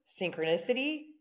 synchronicity